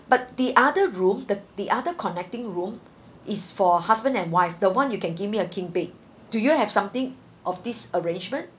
but the other room the the other connecting room is for husband and wife the one you can give me a king bed do you have something of this arrangement